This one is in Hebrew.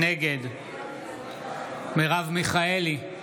נגד מרב מיכאלי,